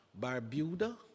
Barbuda